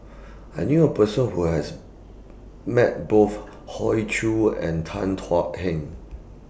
I knew A Person Who has Met Both Hoey Choo and Tan Thuan Heng